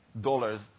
dollars